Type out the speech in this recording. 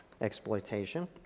exploitation